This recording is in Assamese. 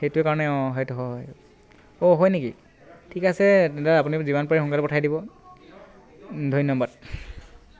সেইটো কাৰণে অঁ সেইটো হয় অ' হয় নেকি ঠিক আছে তেন্তে আপুনি যিমান পাৰে সোনকালে পঠাই দিব ধন্যবাদ